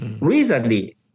Recently